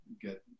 get